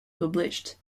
published